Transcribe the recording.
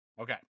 Okay